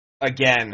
Again